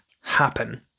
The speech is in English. happen